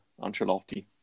Ancelotti